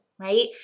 right